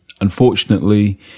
Unfortunately